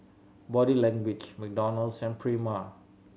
Body Language McDonald's and Prima